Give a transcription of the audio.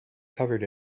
covered